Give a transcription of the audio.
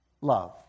love